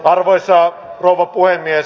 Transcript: arvoisa rouva puhemies